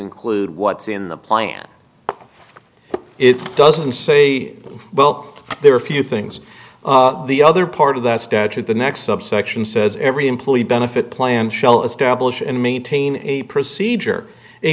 include what's in the plan it doesn't say well there are a few things the other part of that statute the next subsection says every employee benefit plan shell establish and maintain a procedure a